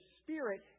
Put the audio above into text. Spirit